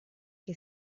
che